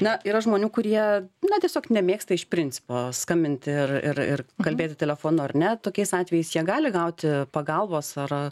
na yra žmonių kurie na tiesiog nemėgsta iš principo skambinti ir ir ir kalbėti telefonu ar ne tokiais atvejais jie gali gauti pagalbos ar